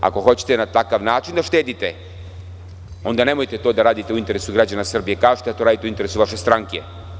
Ako hoćete na takav način da štedite, onda nemojte to da radite u interesu građana Srbije, već kažite dato radite u interesu vaše stranke.